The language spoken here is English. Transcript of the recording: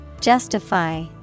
Justify